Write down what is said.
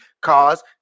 cause